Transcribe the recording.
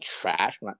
trash